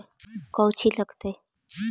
कौची लगतय?